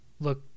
look